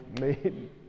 made